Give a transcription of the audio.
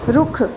ਰੁੱਖ